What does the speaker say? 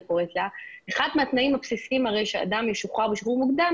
אחד התנאים הבסיסיים שאדם ישוחרר בשחרור מוקדם,